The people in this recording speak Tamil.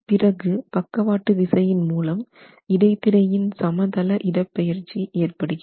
பிறகு பக்கவாட்டு விசையின் மூலம் இடைத்திரையின் சமதள இடப்பெயர்ச்சி ஏற்படுகிறது